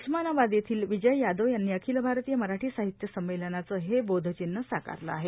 उस्मानाबाद चेवील विजय यादव यांनी अखिल भारतीय मराठी साहित्य संमेलनाचे हे बोघविव्ह साकारले आहे